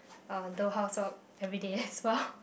uh do housework everyday as well